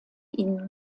ihn